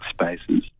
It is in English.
spaces